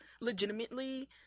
legitimately